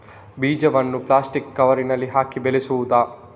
ಬೀಜವನ್ನು ಪ್ಲಾಸ್ಟಿಕ್ ಕವರಿನಲ್ಲಿ ಹಾಕಿ ಬೆಳೆಸುವುದಾ?